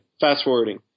fast-forwarding